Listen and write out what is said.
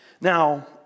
Now